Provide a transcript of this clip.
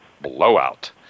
blowout